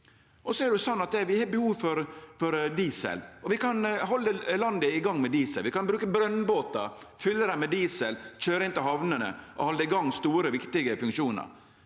vi har behov for diesel. Vi kan halde landet i gang med diesel. Vi kan bruke brønnbåtar, fylle dei med diesel, køyre inn til hamnene og halde i gang store, viktige funksjonar.